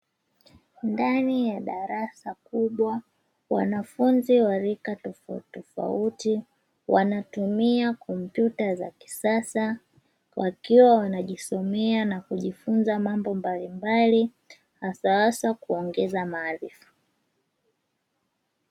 Ndani ya darasa kubwa wanafunzi wa rika tofautitofauti, wanatumia kompyuta za kisasa, wakiwa wanajisomea na kujifunza mambo mbalimbali hasa kuongeza maarifa.